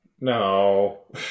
no